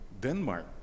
Denmark